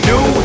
New